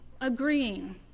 agreeing